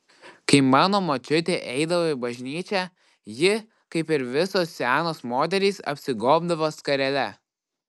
kai mano močiutė eidavo į bažnyčią ji kaip ir visos senos moterys apsigobdavo skarele